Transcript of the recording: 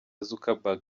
zuckerberg